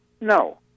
No